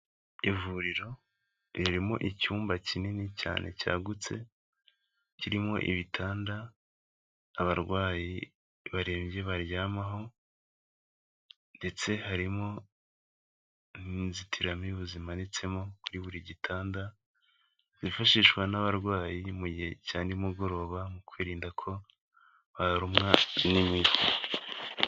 Ivuriro ririmo icyumba kinini cyane cyagutse, kirimo ibitanda abarwayi barembye baryamaho ndetse harimo n'inzitiramibu zimanitsemo kuri buri gitanda, zifashishwa n'abarwayi mu gihe cya nimugoroba mu kwirinda ko barumwa n'imibu.